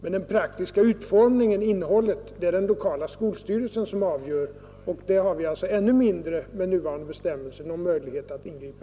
Men den praktiska utformningen, innehållet är det den lokala skolstyrelsen som avgör. Där har vi alltså med nuvarande bestämmelser ännu mindre någon möjlighet att ingripa.